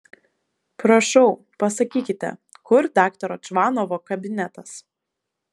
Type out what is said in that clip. prašau pasakykite kur daktaro čvanovo kabinetas